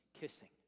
kissing